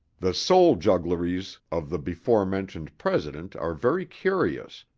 the soul-juggleries of the before-mentioned president are very curious,